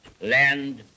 land